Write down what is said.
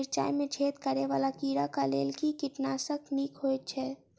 मिर्चाय मे छेद करै वला कीड़ा कऽ लेल केँ कीटनाशक नीक होइ छै?